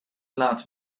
laat